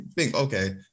okay